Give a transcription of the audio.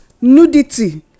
nudity